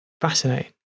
Fascinating